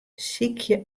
sykje